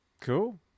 Cool